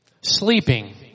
sleeping